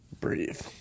breathe